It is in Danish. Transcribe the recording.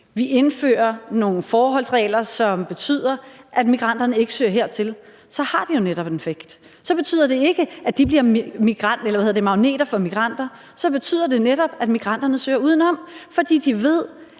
har indført nogle forholdsregler, som har betydet, at migranterne ikke er søgt dertil, så har det jo netop en effekt. Så betyder det ikke, at de bliver magneter for migranter; så betyder det netop, at migranterne søger udenom, fordi de ved,